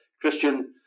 Christian